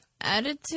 attitude